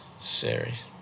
series